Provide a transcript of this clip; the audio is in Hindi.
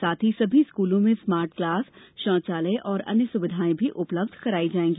साथ ही सभी स्कूलों में स्मार्ट क्लास शौचालय और अन्य सुविधाएं भी उपलब्ध कराई जायेगी